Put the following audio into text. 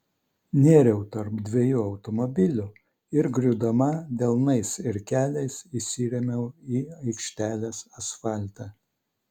nėriau tarp dviejų automobilių ir griūdama delnais ir keliais įsirėmiau į aikštelės asfaltą